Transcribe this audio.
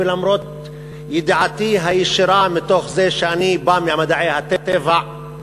ולמרות ידיעתי הישירה מתוך זה שאני בא ממדעי הטבע,